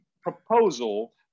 proposal